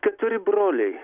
keturi broliai